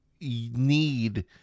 need